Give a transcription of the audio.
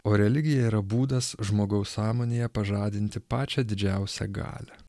o religija yra būdas žmogaus sąmonėje pažadinti pačią didžiausią galią